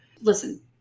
Listen